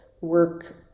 work